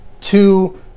two